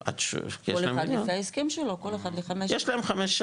כל אחד לפי ההסכם שלו, כל אחד לחמש שנים.